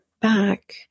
back